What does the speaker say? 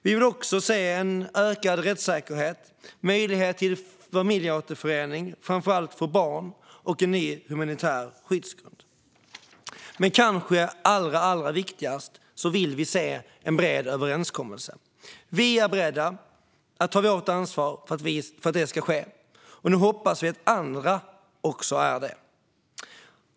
Vi vill också se en ökad rättssäkerhet, möjlighet till familjeåterförening för framför allt barn och en ny humanitär skyddsgrund. Det kanske allra viktigaste är dock att vi vill se en bred överenskommelse. Vi är beredda att ta vårt ansvar för att det ska ske, och nu hoppas vi att andra också är det.